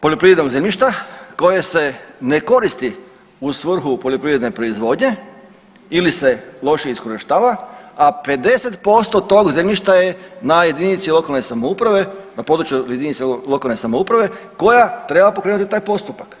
poljoprivrednog zemljišta koje se ne koristi u svrhu poljoprivredne proizvodnje ili se loše iskorištava, a 50% tog zemljišta je na jedinici lokalne samouprave na području jedinice lokalne samouprave koja treba pokrenuti taj postupak.